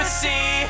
see